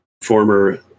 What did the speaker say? former